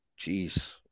Jeez